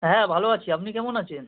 হ্যাঁ ভালো আছি আপনি কেমন আছেন